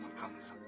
comes!